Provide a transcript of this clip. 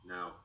Now